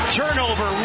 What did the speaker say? turnover